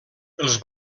els